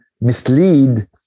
mislead